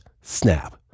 snap